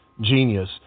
genius